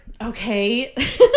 okay